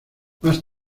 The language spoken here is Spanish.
más